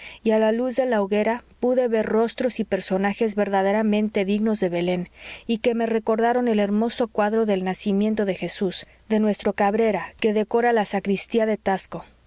y a la luz de la hoguera pude ver rostros y personajes verdaderamente dignos de belén y que me recordaron el hermoso cuadro del nacimiento de jesús de nuestro cabrera que decora la sacristía de tasco